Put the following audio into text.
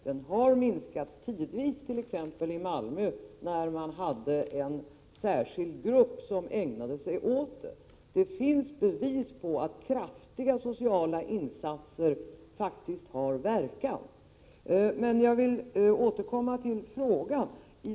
Den har minskat tidvis, t.ex. i Malmö, när man hade en särskild grupp som ägnade sig åt de prostituerade. Det finns bevis för att kraftiga sociala insatser faktiskt har verkan. Men jag vill återkomma till frågan.